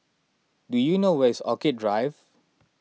do you know where is Orchid Drive